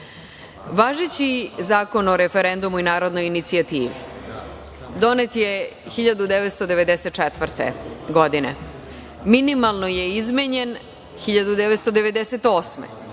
Zakon o referendumu i narodnoj inicijativi donet je 1994. godine, minimalno je izmenjen 1998. godine